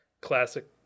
classic